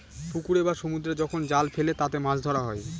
পুকুরে বা সমুদ্রে যখন জাল ফেলে তাতে মাছ ধরা হয়